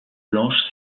blanche